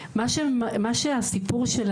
מה שהסיפור של